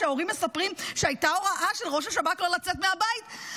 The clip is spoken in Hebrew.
שההורים מספרים שהייתה הוראה של ראש השב"כ לא לצאת מהבית?